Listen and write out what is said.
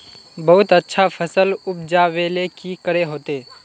बहुत अच्छा फसल उपजावेले की करे होते?